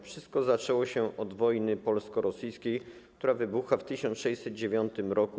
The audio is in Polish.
Wszystko zaczęło się od wojny polsko-rosyjskiej, która wybuchła w 1609 r.